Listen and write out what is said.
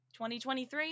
2023